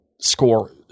score